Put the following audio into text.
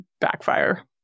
backfire